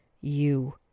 You